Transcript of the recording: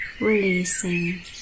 releasing